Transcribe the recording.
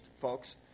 folks